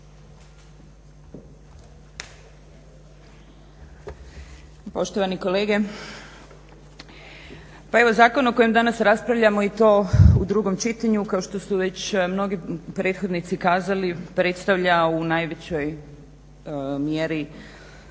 Poštovani kolege. Pa evo zakon o kojem danas raspravljamo i to u drugom čitanju kao što su već mnogi prethodnici kazali predstavlja u najvećoj mjeri